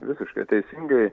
visiškai teisingai